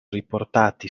riportati